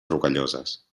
rocalloses